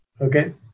Okay